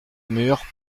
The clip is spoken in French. mûre